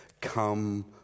come